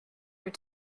your